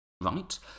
right